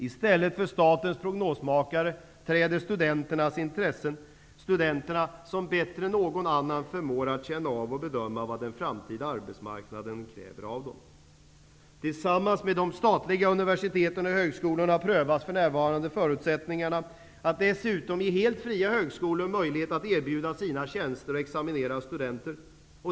I stället för statens prognosmakare träder in studenternas intressen, studenterna som bättre än någon annan förmår att bedöma vad den framtida arbetsmarknaden kräver av dem. Tillsammans med de statliga universiteten och högskolorna prövas för närvarande förutsättningarna att dessutom ge helt fristående högskolor möjlighet att erbjuda sina tjänster och examinera studenter.